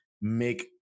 make